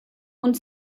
und